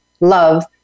love